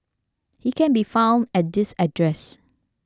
he can be found at this address